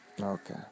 Okay